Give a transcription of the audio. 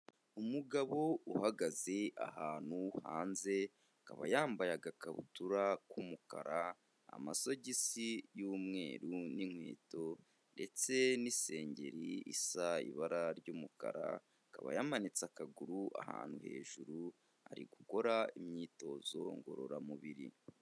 Umugabo uhagaze ahantu hanze, akaba yambaye agakabutura k'umukara, amasogisi y'umweru n'inkweto ndetse n'isengeri isa ibara ry'umukara, akaba yamanitse akaguru ahantu hejuru ari gukora imyitozo ngororamubiri.